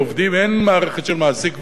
אין מערכת של מעסיק ועוסק,